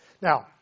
Now